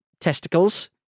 testicles